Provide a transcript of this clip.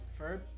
Ferb